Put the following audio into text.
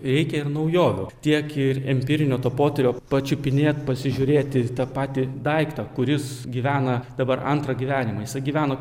reikia ir naujovių tiek ir empirinio to potyrio pačiupinėt pasižiūrėti tą patį daiktą kuris gyvena dabar antrą gyvenimą jisai gyveno